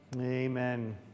Amen